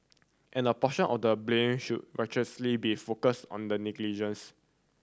and a portion of the blame should be focused on the negligence